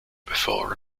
before